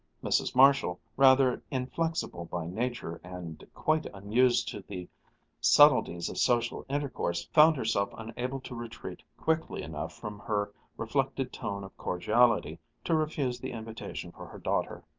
mrs. marshall, rather inflexible by nature and quite unused to the subtleties of social intercourse, found herself unable to retreat quickly enough from her reflected tone of cordiality to refuse the invitation for her daughter.